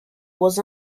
was